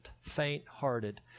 faint-hearted